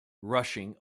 rushing